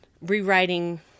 rewriting